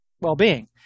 well-being